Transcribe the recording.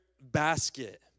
basket